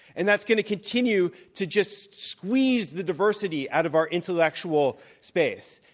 and that's going to continue to just squeeze the diversity out of our intellectual space.